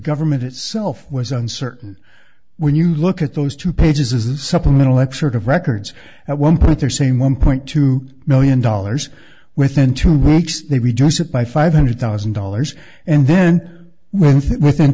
government itself was uncertain when you look at those two pages a supplemental excerpt of records at one point they're saying one point two million dollars within two weeks they reduce it by five hundred thousand dollars and then w